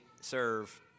serve